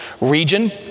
region